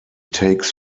takes